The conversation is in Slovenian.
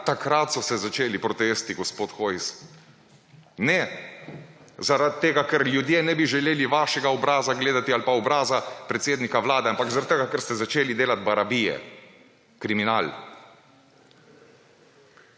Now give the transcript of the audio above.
Takrat so se začeli protesti, gospod Hojs. Ne zaradi tega, ker ljudje ne bi želeli vašega obraza gledati ali pa obraza predsednika Vlade, ampak zaradi tega, ker ste začeli delati barabije, kriminal.